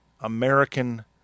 American